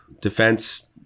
defense